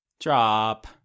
Drop